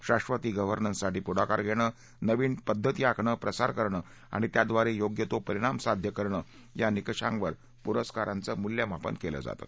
शाब्वत e governance साठी पुढाकार घेणं नवीन पद्धती आखणं प्रसार करणं आणि त्याद्वारे योग्य तो परिणाम साध्य करणं या निकषांवर पुरस्कारांचं मुल्यमापन केलं जातं